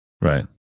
Right